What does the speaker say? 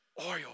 oil